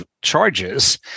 charges